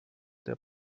der